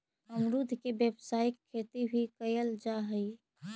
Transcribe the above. अमरुद के व्यावसायिक खेती भी कयल जा हई